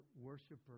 worshiper